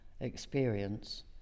experience